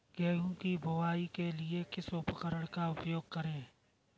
गेहूँ की बुवाई के लिए किस उपकरण का उपयोग करें?